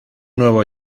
nuevo